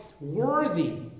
worthy